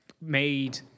Made